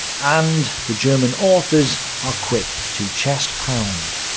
and the german authors are quick to chest-pound.